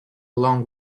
along